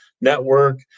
network